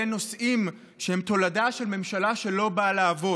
אלה נושאים שהם תולדה של ממשלה שלא באה לעבוד,